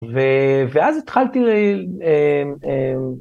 ו... ואז התחלתי ל... אההם.. אההם..